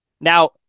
Now